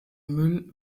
müll